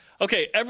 Okay